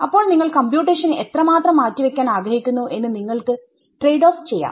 അപ്പോൾ നിങ്ങൾ കമ്പ്യൂട്ടേഷന് എത്ര സമയം മാറ്റിവെക്കാൻ ആഗ്രഹിക്കുന്നു എന്ന് നിങ്ങൾക്ക് ട്രേഡ് ഓഫ് ചെയ്യാം